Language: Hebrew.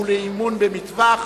בקריאה טרומית ותועבר לוועדת החוקה,